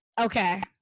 Okay